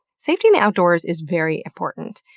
safety in the outdoors is very important,